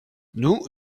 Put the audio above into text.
nous